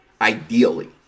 Ideally